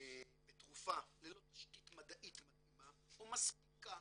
בתרופה ללא תשתית מדעית מתאימה או מספיקה